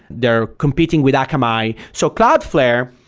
they're competing with akamai. so cloudflare,